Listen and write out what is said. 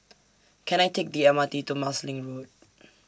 Can I Take The M R T to Marsiling Road